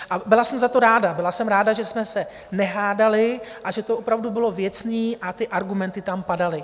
A byla jsem za to ráda, byla jsem ráda, že jsme se nehádali a že to opravdu bylo věcné a ty argumenty tam padaly.